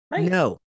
No